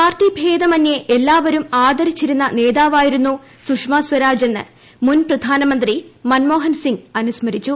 party ഭേദമന്യേ എല്ലാവരും ആദരിച്ചിരുന്ന നേതാവായിരുന്നു സുഷമ സ്വരാജെന്ന് മുൻ പ്രധാനമന്ത്രി മൻമോഹൻ സിംഗ് അനുസ്മരിച്ചു